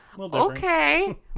Okay